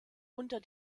unter